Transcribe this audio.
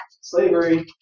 slavery